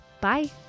Bye